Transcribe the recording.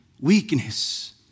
weakness